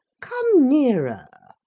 come nearer.